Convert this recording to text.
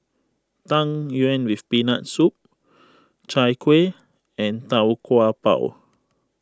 Tang Yuen with Peanut Soup Chai Kueh and Tau Kwa Pau